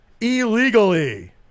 Illegally